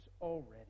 already